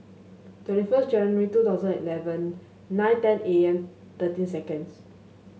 twenty first January two thousand eleven nine ten A M thirteen seconds